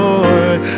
Lord